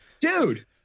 dude